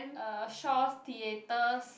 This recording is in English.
uh Shaw Theatres